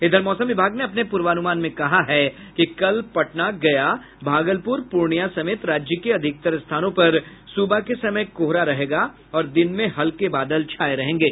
इधर मौसम विभाग ने अपने पूर्वानुमान में कहा है कि कल पटना गया भागलपुर पूर्णिया समेत राज्य के अधिकतर स्थानों पर सुबह के समय कोहरा रहेगा और दिन में हल्के बादल छाये रहेंगे